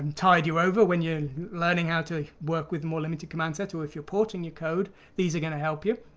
and tide you over when you're learning how to work with more limited command set, or if you're porting your code these are going to help you!